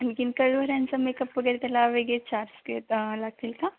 आणखी करवल्यांचा मेकअप वगैरे त्याला वेगळे चार्ज के लागतील का